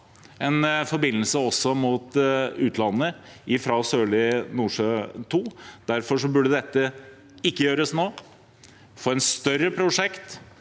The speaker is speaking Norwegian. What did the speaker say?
en forbindelse også mot utlandet fra Sørlige Nordsjø II. Derfor burde ikke dette gjøres nå. Vi må få et større prosjekt